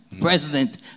president